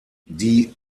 die